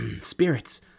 spirits